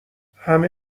همه